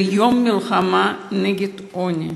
זה יום המלחמה נגד העוני,